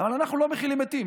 אבל אנחנו לא מכילים מתים.